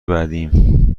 بعدیم